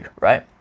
right